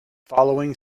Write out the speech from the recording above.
following